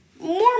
more